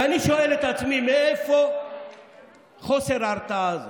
ואני שואל את עצמי, מאיפה חוסר ההרתעה הזה?